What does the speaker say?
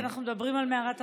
אנחנו מדברים על מערת המכפלה.